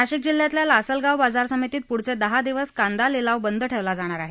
नाशिक जिल्ह्यातल्या लासलगाव बाजार समितीत पुढचे दहा दिवस कांदा लिलाव बंद ठेवला जाणार आहे